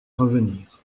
revenir